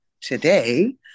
today